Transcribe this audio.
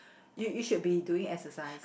you you should be doing exercise